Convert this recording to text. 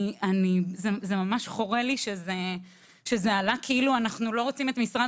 זה ממש חורה לי שזה עלה כאילו אנחנו לא רוצים את משרד